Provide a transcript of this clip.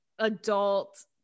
adult